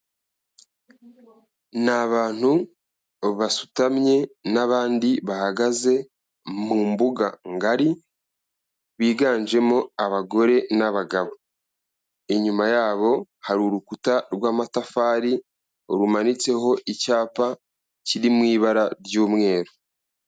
Ni abantu basutamye n'abandi bahagaze mu mbuga ngari, biganjemo abagore n'abagabo. Inyuma yabo hari urukuta rw'amatafari, rumanitseho icyapa kiri mu ibara ry'umweru.